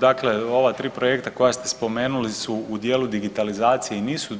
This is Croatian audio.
Dakle, ova tri projekta koja ste spomenuli su u dijelu digitalizacije i nisu